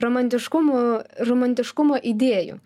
romantiškumų romantiškumo idėjų